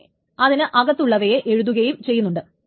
പക്ഷേ അതിന് അകത്തു ഉള്ളവയെ എഴുതുകയും ചെയ്യുന്നുണ്ട്